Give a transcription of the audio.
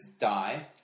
die